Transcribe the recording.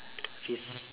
fifth